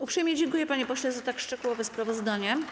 Uprzejmie dziękuję, panie pośle, za tak szczegółowe sprawozdanie.